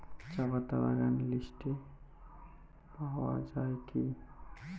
চাপাতা বাগান লিস্টে পাওয়া যায় কি?